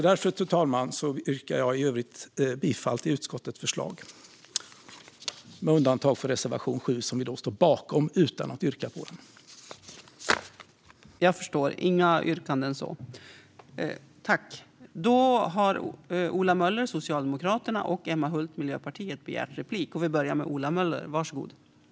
Därför, fru talman, yrkar jag bifall till utskottets förslag med undantag för reservation 7; vi står bakom den utan att yrka bifall till den.